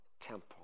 temple